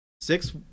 six